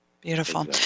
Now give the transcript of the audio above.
Beautiful